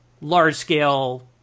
large-scale